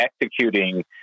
executing